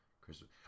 Christmas